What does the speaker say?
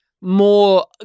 More